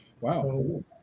Wow